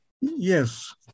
Yes